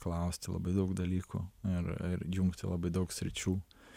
klausti labai daug dalykų ir ir jungti labai daug sričių